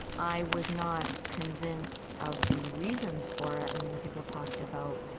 i was not convinced of the reasons for it. i mean, people talked about,